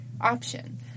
option